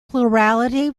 plurality